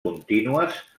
contínues